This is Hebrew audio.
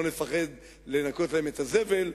לא נפחד לנקות להם את הזבל,